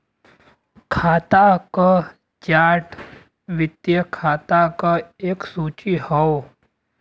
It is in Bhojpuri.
खाता क चार्ट वित्तीय खाता क एक सूची हौ